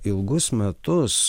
ilgus metus